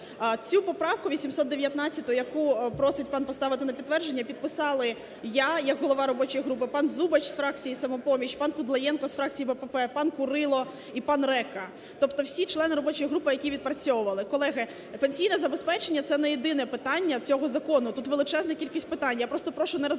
Цю поправку 819, яку просить пан поставити на підтвердження, підписали я як голова робочої групи, пан Зубач з фракції "Самопоміч", пан Кудлаєнко з фракції БПП, пан Курило і пан Река, тобто всі члени робочої групи, які відпрацьовували. Колеги, пенсійне забезпечення – це не єдине питання цього закону, тут величезна кількість питань. Я просто прошу не розбалансовувати